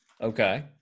Okay